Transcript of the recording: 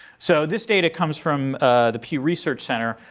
so this data comes from the pew research center.